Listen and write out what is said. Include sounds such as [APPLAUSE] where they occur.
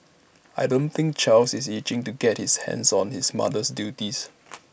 I don't think Charles is itching to get his hands on his mother's duties [NOISE]